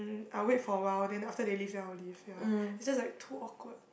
um I'll wait for awhile then after they leave then I'll leave ya is just like too awkward